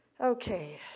okay